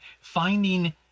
finding